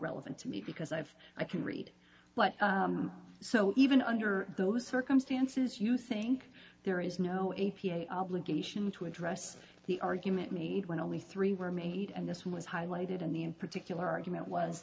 relevant to me because i have i can read but so even under those circumstances you think there is no a p a obligation to address the argument meet when only three were made and this was highlighted in the in particular argument was